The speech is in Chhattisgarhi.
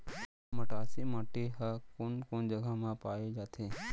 मटासी माटी हा कोन कोन जगह मा पाये जाथे?